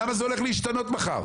למה זה הולך להשתנות מחר?